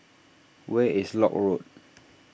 where is Lock Road